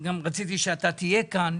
רציתי שאתה תהיה כאן.